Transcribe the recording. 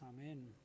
Amen